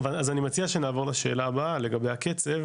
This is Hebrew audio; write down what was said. אז אני מציע שנעבור לשאלה הבאה, לגבי הכסף,